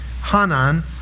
Hanan